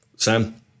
Sam